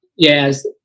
Yes